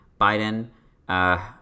Biden—